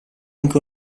anche